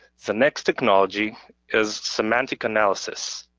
the next technology is semantic analysis.